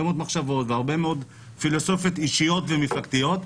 מאוד מחשבות והרבה מאוד פילוסופיות אישיות ומפלגתיות,